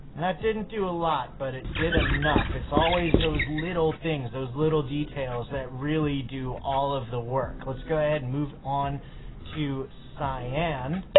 that didn't do a lot, but it did enough. it's always those little things, those little details that really do all of the work. let's go ahead and move on to cyan.